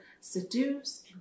seduce